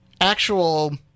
actual